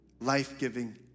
life-giving